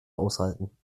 aushalten